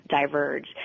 diverge